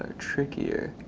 ah trickier.